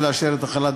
תודה.